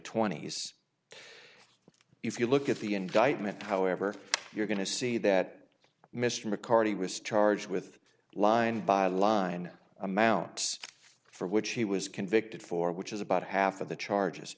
twenty's if you look at the indictment however you're going to see that mr mccarthy was charged with line by line amounts for which he was convicted for which is about half of the charges